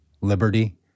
liberty